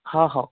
ହଁ ହେଉ